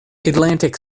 atlantic